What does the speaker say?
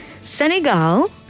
Senegal